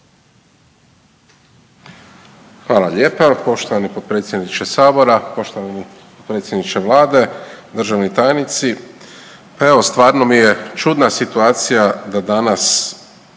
Hvala lijepa. Poštovani potpredsjedniče sabora, poštovani potpredsjedniče vlade, državni tajnici, pa evo stvarno mi je čudna situacija da danas